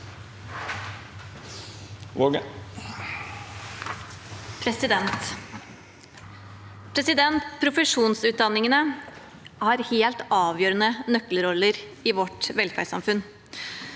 Profesjonsutdannin- gene har helt avgjørende nøkkelroller i vårt velferdssamfunn.